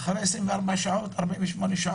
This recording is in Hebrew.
אחרי 48-24 שעות,